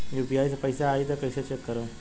UPI से पैसा आई त कइसे चेक करब?